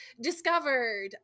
discovered